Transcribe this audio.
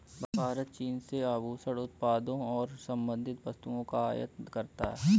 भारत चीन से आभूषण उत्पादों और संबंधित वस्तुओं का आयात करता है